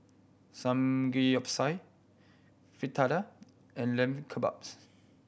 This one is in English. Samgeyopsal Fritada and Lamb Kebabs